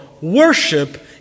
worship